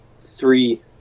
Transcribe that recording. three